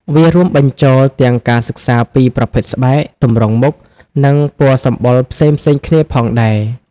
វារួមបញ្ចូលទាំងការសិក្សាពីប្រភេទស្បែក ទម្រង់មុខ និងពណ៌សម្បុរផ្សេងៗគ្នាផងដែរ។